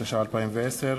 התש"ע 2010,